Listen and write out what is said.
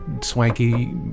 swanky